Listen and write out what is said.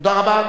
תודה רבה.